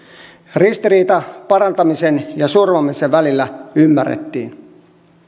ristiriita parantamisen ja surmaamisen välillä ymmärrettiin